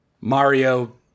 Mario